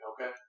okay